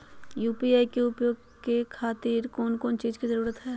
UPI के उपयोग के खातिर कौन कौन चीज के जरूरत है?